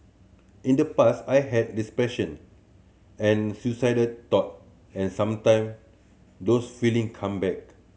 in the past I had depression and suicidal thought and sometime those feeling come back